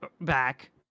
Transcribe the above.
back